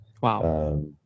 Wow